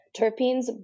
terpenes